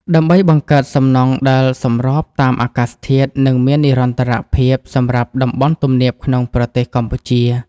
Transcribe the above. ដើម្បីបង្កើតសំណង់ដែលសម្របតាមអាកាសធាតុ និងមាននិរន្តរភាពសម្រាប់តំបន់ទំនាបក្នុងប្រទេសកម្ពុជា។